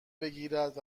بگیرد